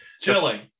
Chilling